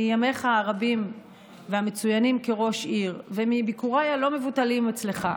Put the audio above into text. מימיך הרבים והמצוינים כראש עיר ומביקוריי הלא-מבוטלים אצלך,